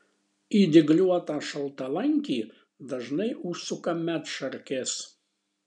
į dygliuotą šaltalankį dažnai užsuka medšarkės